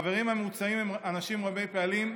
החברים המוצעים הם אנשים רבי-פעלים,